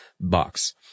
box